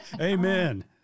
Amen